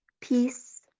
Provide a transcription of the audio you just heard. peace